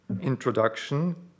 introduction